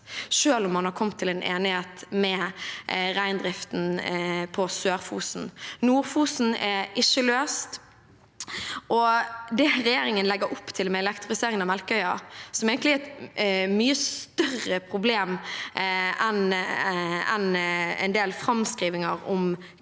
selv om man har kommet til en enighet med reindriften på Sør-Fosen. Nord-Fosen er ikke løst. Og det regjeringen gjør med elektrifiseringen av Melkøya, som egentlig er et mye større problem enn en del framskrivinger om